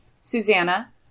Susanna